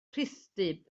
rhithdyb